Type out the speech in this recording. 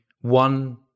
one